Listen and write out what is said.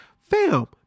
Fam